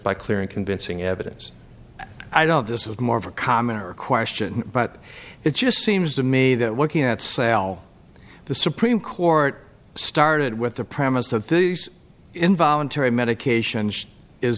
by clear and convincing evidence i don't this is more of a comment or a question but it just seems to me that looking at sal the supreme court started with the premise that these involuntary medication is